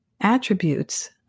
attributes